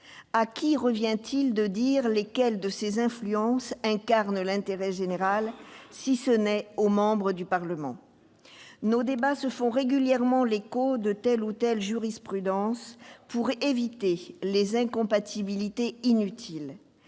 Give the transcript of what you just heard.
À qui revient-il de dire lesquelles de ces influences incarnent l'intérêt général, si ce n'est aux membres du Parlement ? Nos débats se font régulièrement l'écho de telle ou telle jurisprudence pour éviter des incompatibilités inutiles,